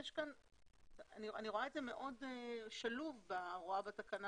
אני רואה את זה מאוד שלוב בהוראה בתקנה